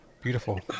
beautiful